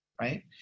Right